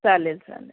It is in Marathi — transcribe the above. चालेल चालेल